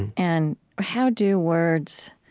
and and how do words